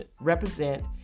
represent